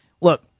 look